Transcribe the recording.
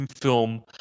film